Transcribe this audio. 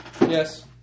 Yes